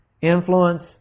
influence